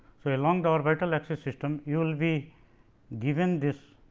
so, along the orbital axis system, you will be given this